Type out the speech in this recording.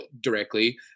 directly